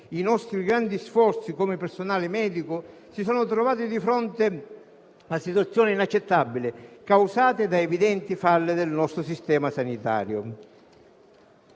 i nostri grandi sforzi come personale medico, si sono trovati di fronte a situazioni inaccettabili, causate da evidenti falle del nostro sistema sanitario.